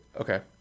Okay